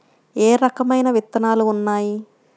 ఏ రకమైన విత్తనాలు ఉన్నాయి?